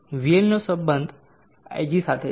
Vl નો સીધો સંબંધ ig સાથે છે